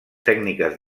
tècniques